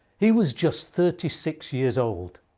he was just thirty six years old.